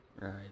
Right